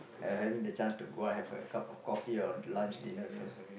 I I mean the chance to go out and have a cup of coffee or lunch dinner with her